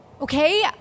Okay